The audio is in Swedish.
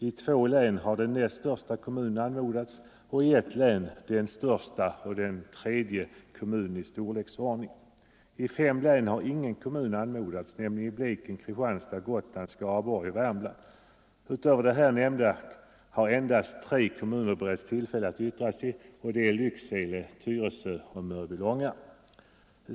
I två län har den näst största kommunen anmodats och i ett län den största och den tredje kommunen i storleksordningen. I fem län har ingen kommun anmodats, nämligen Blekinge, Kristianstads, Gotlands, Skaraborgs och Värmlands län. Utöver de här nämnda har endast tre kommuner beretts tillfälle att yttra sig, och det är Lycksele, Tyresö och Mörbylånga.